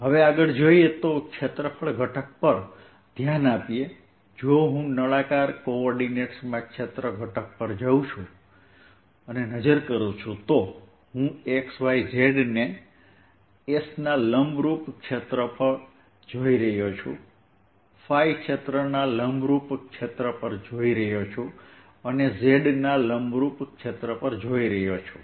હવે આગળ જોઇએ તો ક્ષેત્રફળ ઘટક પર ધ્યાન આપીએ જો હું નળાકાર કોઓર્ડિનેટ્સમાં ક્ષેત્ર ઘટક પર નજર કરું છું તો હું x y z ને s ના લંબરૂપ ક્ષેત્ર પર જોઈ રહ્યો છું ϕ ક્ષેત્રના લંબરૂપ ક્ષેત્ર પર જોઈ રહ્યો છું અને z ના લંબરૂપ ક્ષેત્ર પર જોઈ રહ્યો છું